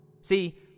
See